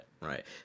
right